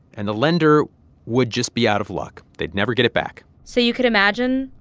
and the lender would just be out of luck they'd never get it back so you could imagine,